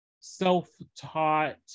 self-taught